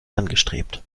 angestrebt